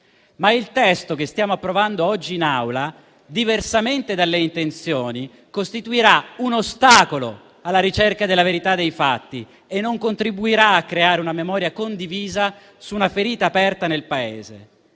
Ma il testo che stiamo approvando oggi in Aula, diversamente dalle intenzioni, costituirà un ostacolo alla ricerca della verità dei fatti e non contribuirà a creare una memoria condivisa su una ferita aperta nel Paese.